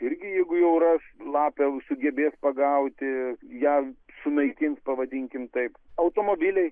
irgi jeigu jau ras lapę sugebėti pagauti ją sunaikins pavadinkim taip automobiliai